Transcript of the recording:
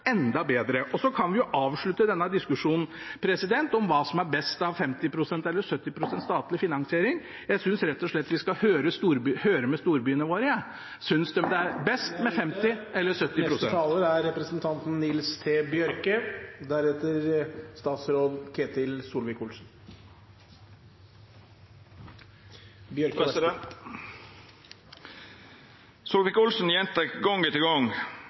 enda bedre. Så kan vi avslutte diskusjonen om hva som er best av 50 pst. og 70 pst. statlig finansiering. Jeg synes vi rett og slett skal høre med storbyene våre: Synes de det er best med 50 pst. eller 70 pst. Statsråd Solvik-Olsen gjentek gong etter gong at Senterpartiet ikkje har midlar til